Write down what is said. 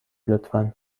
لطفا